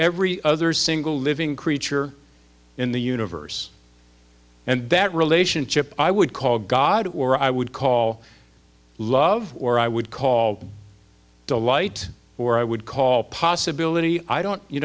every other single living creature in the universe and that relationship i would call god or i would call love or i would call delight or i would call possibility i don't you